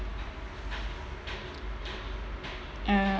uh